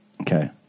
Okay